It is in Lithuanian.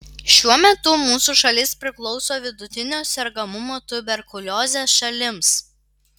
šiuo metu mūsų šalis priklauso vidutinio sergamumo tuberkulioze šalims